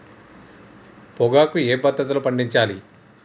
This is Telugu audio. పొగాకు ఏ పద్ధతిలో పండించాలి?